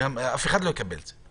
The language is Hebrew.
אף אחד לא יקבל את זה.